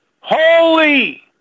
Holy